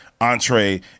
entree